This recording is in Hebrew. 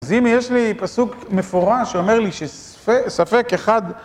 אז אם יש לי פסוק מפורש שאומר לי שספק אחד